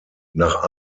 nach